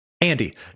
Andy